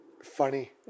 funny